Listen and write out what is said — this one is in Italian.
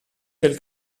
del